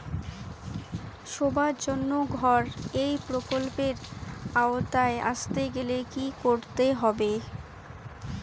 সবার জন্য ঘর এই প্রকল্পের আওতায় আসতে গেলে কি করতে হবে?